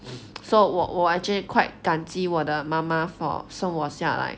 so 我我 actually quite 感激我的妈妈 for 生活生我下来